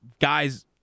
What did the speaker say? guys